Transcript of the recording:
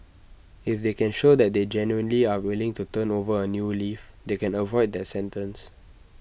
if they can show that they genuinely are willing to turn over A new leaf they can avoid that sentence